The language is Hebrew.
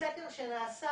סקר שנעשה.